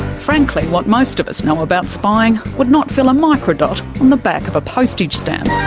frankly, what most of us know about spying would not fill a microdot on the back of a postage stamp.